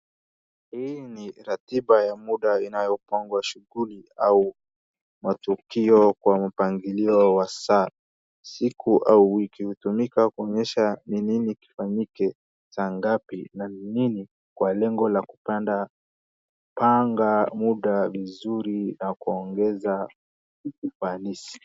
Hii ni ratiba ya muda inayopangwa shughuli au matukio kwa mpangilio wa saa, siku au wiki. Hutumika kuonyesha ni nini kifanyike sa ngapi na ni nini kwa lengo la kupanga muda vizuri na kuongeza uhalisi.